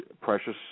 precious